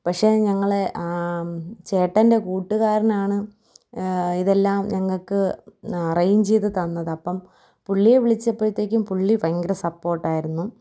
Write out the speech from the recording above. പക്ഷേ ഞങ്ങളെ ചേട്ടൻ്റെ കൂട്ടുകാരനാണ് ഇതെല്ലാം ഞങ്ങള്ക്ക് അറേഞ്ചെയ്ത് തന്നത് അപ്പോള് പുള്ളിയെ വിളിച്ചപ്പോഴത്തേക്കും പുള്ളി ഭയങ്കര സപ്പോട്ടായിരുന്നു